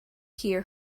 hear